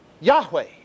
Yahweh